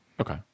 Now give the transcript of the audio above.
Okay